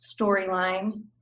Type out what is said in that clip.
storyline